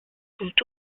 sont